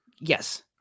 Yes